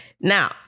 Now